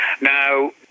Now